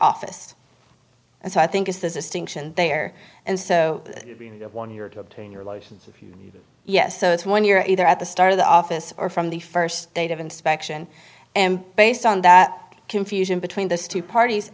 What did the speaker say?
office and so i think it's this is stinks in there and so when you're to obtain your license if you yes so it's when you're either at the start of the office or from the st date of inspection and based on that confusion between this two parties